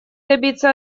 добиться